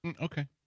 Okay